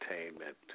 entertainment